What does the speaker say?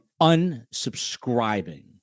unsubscribing